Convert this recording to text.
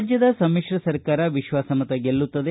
ರಾಜ್ದದ ಸಮಿತ್ರ ಸರಕಾರ ವಿಶ್ವಾಸಮತ ಗೆಲ್ಲುತ್ತದೆ